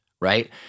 right